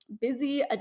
busy